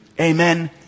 Amen